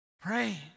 pray